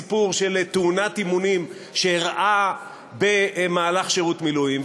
סיפור של תאונת אימונים שאירעה במהלך שירות מילואים,